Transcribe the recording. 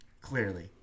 Clearly